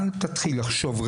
אל תתחיל לחשוב,